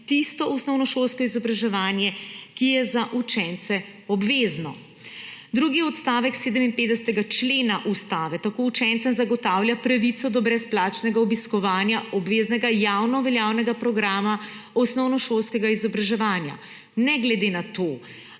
tisto osnovnošolsko izobraževanje, ki je za učence obvezno. Drugi odstavek 57. člena Ustave tako učencem zagotavlja pravico do brezplačnega obiskovanja obveznega javnoveljavnega programa osnovnošolskega izobraževanja, ne glede na to,